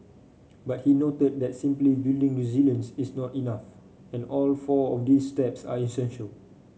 but he noted that simply building resilience is not enough and all four of these steps are essential